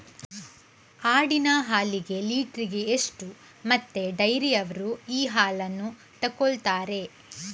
ಆಡಿನ ಹಾಲಿಗೆ ಲೀಟ್ರಿಗೆ ಎಷ್ಟು ಮತ್ತೆ ಡೈರಿಯವ್ರರು ಈ ಹಾಲನ್ನ ತೆಕೊಳ್ತಾರೆ?